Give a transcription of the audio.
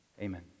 amen